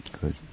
good